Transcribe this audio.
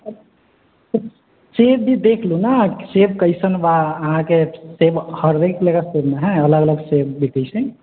सेब भी देख लू ने सेब कइसन बा अहाँके सेब हर रेटमे सेब अलग अलग बिकै छै